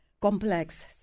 complex